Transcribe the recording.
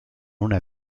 una